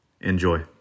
Enjoy